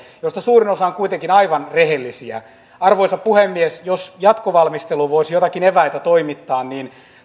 joista suurin osa on kuitenkin aivan rehellisiä arvoisa puhemies jos jatkovalmisteluun voisi joitakin eväitä toimittaa niin